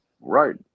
Right